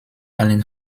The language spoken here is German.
allen